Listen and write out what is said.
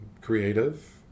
creative